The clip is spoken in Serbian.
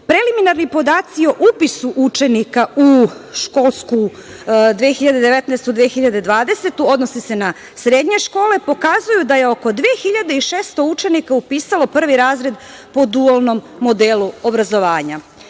Preliminarni podaci o upisu učenika u školsku 2019/2020, odnosi se na srednje škole, pokazuje da je oko 2.600 učenika upisalo prvi razred po dualnom modelu obrazovanja.